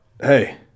hey